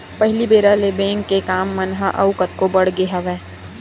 पहिली बेरा ले बेंक के काम मन ह अउ कतको बड़ गे हवय